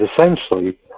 essentially